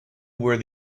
where